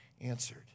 answered